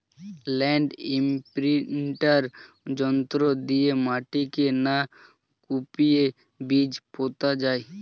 land imprinter যন্ত্র দিয়ে মাটিকে না কুপিয়ে বীজ পোতা যায়